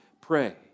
pray